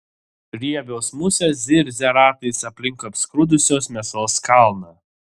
riebios musės zirzia ratais aplink apskrudusios mėsos kalną